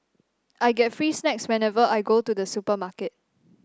I get free snacks whenever I go to the supermarket